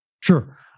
Sure